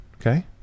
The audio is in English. Okay